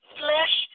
flesh